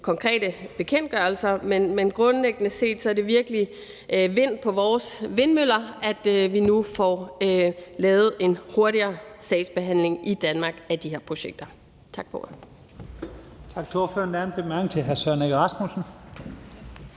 konkrete bekendtgørelser. Men grundlæggende set er det virkelig vind på vores vindmøller, at vi i Danmark nu får lavet en hurtigere sagsbehandling af de her projekter. Tak for